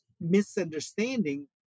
misunderstanding